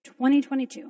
2022